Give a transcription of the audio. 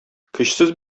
көчсез